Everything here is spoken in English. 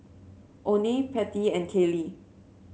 Oney Pattie and Kaylee